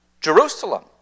Jerusalem